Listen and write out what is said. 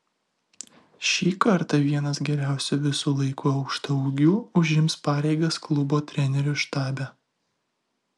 šį kartą vienas geriausių visų laikų aukštaūgių užims pareigas klubo trenerių štabe